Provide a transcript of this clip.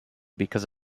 because